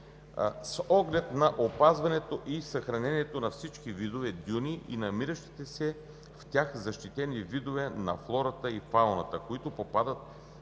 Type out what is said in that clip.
с оглед на опазването и съхранението на всички видове дюни и намиращите се в тях защитени видове на флората и фауната, които попадат в границите